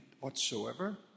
whatsoever